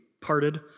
parted